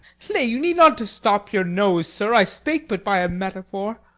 nay, you need not to stop your nose, sir i spake but by a metaphor.